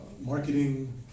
marketing